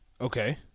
Okay